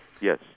Yes